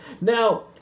Now